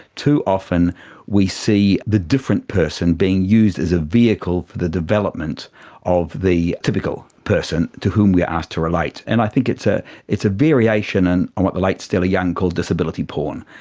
too often we see the different person being used as a vehicle for the development of the typical person to whom we are asked to relate. and i think it's ah it's a variation and and what the late stella young called disability porn.